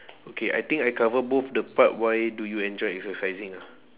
okay I think I cover both the part why do you enjoy exercising ah